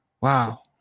wow